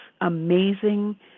amazing